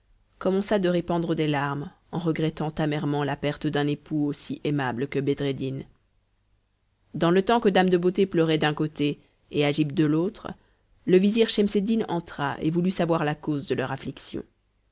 veuvage commença de répandre des larmes en regrettant amèrement la perte d'un époux aussi aimable que bedreddin dans le temps que dame de beauté pleurait d'un côté et agib de l'autre le vizir schemseddin entra et voulut savoir la cause de leur